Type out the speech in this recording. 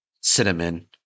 cinnamon